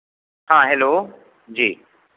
हाँ हेलो जी